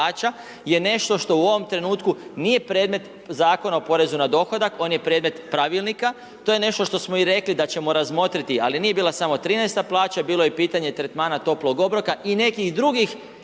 je nešto što u ovom trenutku nije predmet Zakona o porezu na dohotka, on je predmet pravilnika, to je nešto što smo i rekli da ćemo razmotriti, ali nije bila samo 13 plaća, bilo je pitanje tretmana toplog obroka i nekih drugih